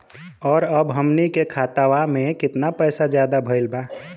और अब हमनी के खतावा में कितना पैसा ज्यादा भईल बा?